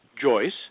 Joyce